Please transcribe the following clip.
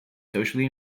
socially